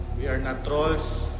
we're not trolls.